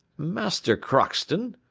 master crockston,